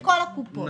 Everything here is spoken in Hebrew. נכון.